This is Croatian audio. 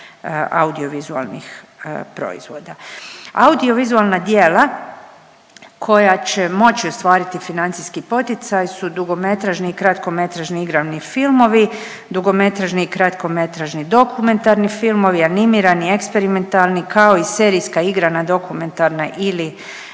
audiovizualnih proizvoda. Audiovizualna djela koja će moći ostvariti financijski poticaj su dugometražni i kratkometražni igrani filmovi, dugometražni i kratkometražni dokumentarni filmovi, animirani, eksperimentalni kao i serijska igra na dokumentarna ili